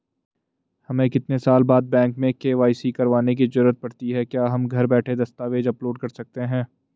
हमें कितने साल बाद बैंक में के.वाई.सी करवाने की जरूरत पड़ती है क्या हम घर बैठे दस्तावेज़ अपलोड कर सकते हैं?